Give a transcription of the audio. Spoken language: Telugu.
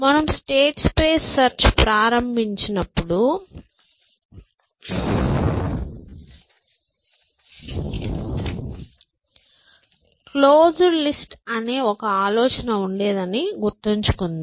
మనము స్టేట్ స్పేస్ సెర్చ్ ప్రారంభించినప్పుడు క్లోస్డ్ లిస్ట్ అనే ఒక ఆలోచన ఉండేదని గుర్తుంచుకుందాం